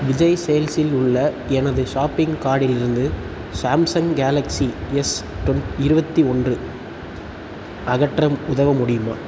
விஜய் சேல்ஸ் இல் உள்ள எனது ஷாப்பிங் கார்ட்டிலிருந்து சாம்சங் கேலக்ஸி எஸ் இருபத்தி ஒன்று அகற்ற உதவ முடியுமா